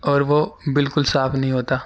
اور وہ بالکل صاف نہیں ہوتا